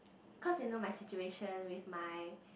cause you know my situation with my